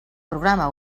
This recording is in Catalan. programa